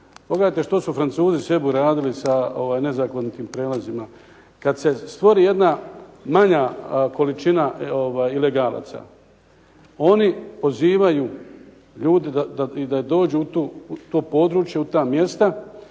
Pogledajte što su Francuzi sebi uradili sa nezakonitim prijelazima. Kad se stvori jedna manja količina ilegalaca oni pozivaju ljude da dođu u to područje, u ta mjesta